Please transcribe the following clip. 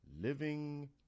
living